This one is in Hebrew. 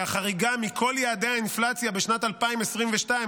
החריגה מכל יעדי האינפלציה בשנת 2022,